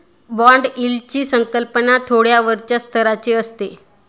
bond यील्डची संकल्पना थोड्या वरच्या स्तराची असते